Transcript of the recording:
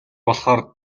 болохоор